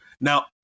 Now